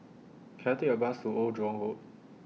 Can I Take A Bus to Old Jurong Road